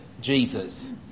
Jesus